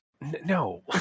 No